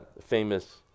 famous